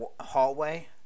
hallway